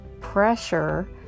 pressure